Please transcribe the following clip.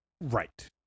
Right